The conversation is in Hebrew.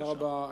תודה רבה.